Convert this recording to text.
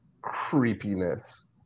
creepiness